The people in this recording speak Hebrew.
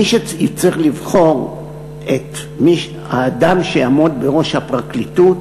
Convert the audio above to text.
מי שצריך לבחור את האדם שיעמוד בראש הפרקליטות